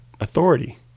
authority